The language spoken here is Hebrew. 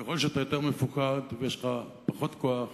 שככל שאתה יותר מפוחד ויש לך פחות כוח,